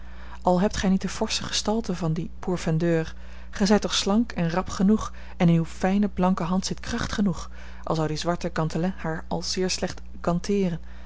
al hebt gij niet de forsche gestalte van dien pourfendeur gij zijt toch slank en rap genoeg en in uwe fijne blanke hand zit kracht genoeg al zou die zwarte gantelet haar al zeer slecht ganteeren